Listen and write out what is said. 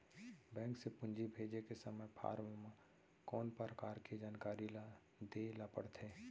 Bank से पूंजी भेजे के समय फॉर्म म कौन परकार के जानकारी ल दे ला पड़थे?